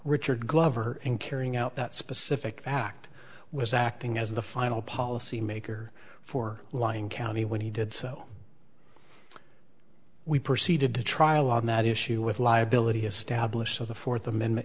richard glover in carrying out that specific act was acting as the final policy maker for lying county when he did so we proceeded to trial on that issue with liability established so the fourth amendment